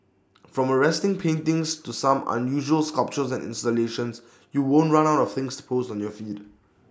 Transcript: from arresting paintings to some unusual sculptures and installations you won't run out of things to post on your feeds